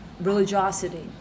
religiosity